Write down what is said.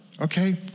okay